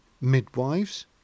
Midwives